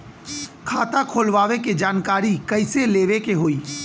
खाता खोलवावे के जानकारी कैसे लेवे के होई?